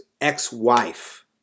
ex-wife